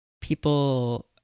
people